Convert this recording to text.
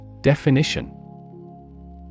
Definition